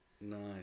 Nice